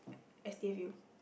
S T F U